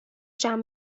جمع